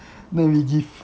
then we give